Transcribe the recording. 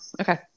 Okay